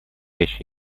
вещь